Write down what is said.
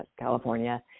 California